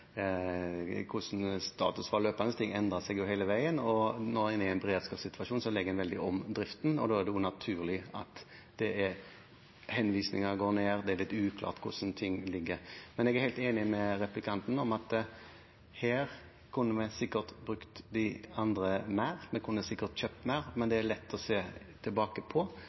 hvordan status var løpende. Det endret seg jo hele veien. Når en er inne i en beredskapssituasjon, legger en om driften, og da er det naturlig at antallet henvisninger går ned, det er uklart hvordan ting ligger. Men jeg er helt enig med replikanten i at her kunne vi sikkert brukt de andre mer. Vi kunne sikkert kjøpt mer, men det er lett å se tilbake på.